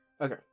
Okay